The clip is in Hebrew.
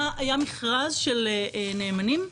היה מכרז של נאמנים.